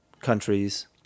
countries